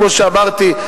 כמו שאמרתי,